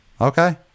Okay